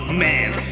man